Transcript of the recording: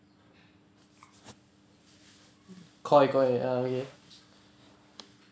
koi koi ah okay